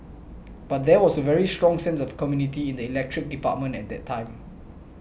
but there was a very strong sense of community in the electricity department at that time